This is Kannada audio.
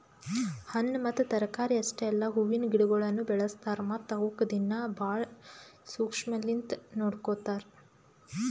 ಹಣ್ಣ ಮತ್ತ ತರಕಾರಿ ಅಷ್ಟೆ ಅಲ್ಲಾ ಹೂವಿನ ಗಿಡಗೊಳನು ಬೆಳಸ್ತಾರ್ ಮತ್ತ ಅವುಕ್ ದಿನ್ನಾ ಭಾಳ ಶುಕ್ಷ್ಮಲಿಂತ್ ನೋಡ್ಕೋತಾರ್